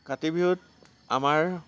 কাতি বিহুত আমাৰ